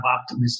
optimism